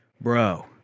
bro